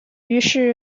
于是